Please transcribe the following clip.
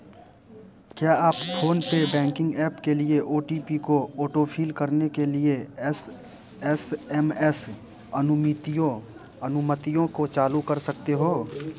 क्या आप फोन पे बैंकिंग ऐप के लिए ओ टी पी को ऑटोफ़िल करने के लिए एस एस एम एस अनुमितियो अनुमतियों को चालू कर सकते हो